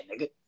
nigga